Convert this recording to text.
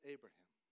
Abraham